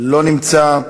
לא נמצא.